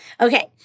Okay